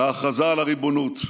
להכרזה על הריבונות.